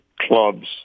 clubs